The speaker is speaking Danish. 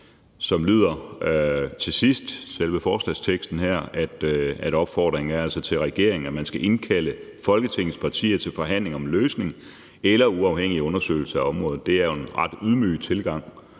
Der lyder en opfordring til regeringen om, at man skal indkalde Folketingets partier til forhandling om en løsning eller uafhængig undersøgelse af området. Det er jo en ret ydmyg tilgang.